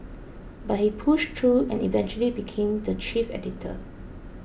but he pushed through and eventually became the chief editor